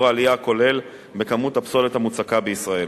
העלייה הכולל בכמות הפסולת המוצקה בישראל.